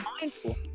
mindful